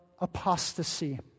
apostasy